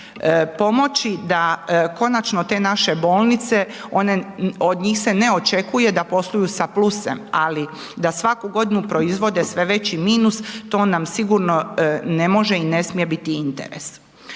pomoći da konačno te naše bolnice, od njih se ne očekuje da posluju sa plusem, ali da svaku godinu proizvode sve veći minus, to nam sigurno ne može i ne smije biti interes.